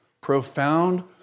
Profound